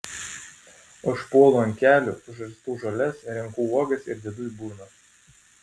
aš puolu ant kelių žarstau žoles renku uogas ir dedu į burną